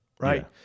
Right